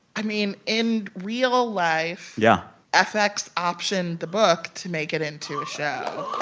i mean, in real life. yeah. fx optioned the book to make it into a show but